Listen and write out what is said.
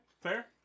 Fair